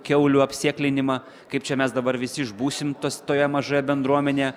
kiaulių apsėklinimą kaip čia mes dabar visi išbūsim tos toje mažoje bendruomenėje